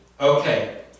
Okay